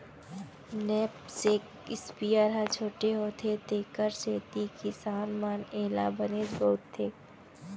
knapsack sprayer ह छोटे होथे तेकर सेती किसान मन एला बनेच बउरथे